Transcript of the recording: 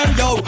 yo